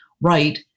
right